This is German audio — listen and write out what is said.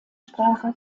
sprache